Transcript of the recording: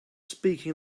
speaking